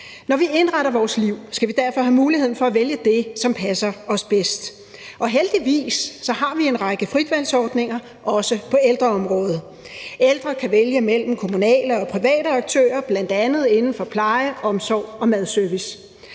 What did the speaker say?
Når vi indretter vores liv, skal vi derfor have mulighed for at vælge det, som passer os bedst. Og heldigvis har vi en række fritvalgsordninger, også på ældreområdet. Ældre kan vælge mellem kommunale og private aktører, bl.a. inden for pleje og omsorg og madservice.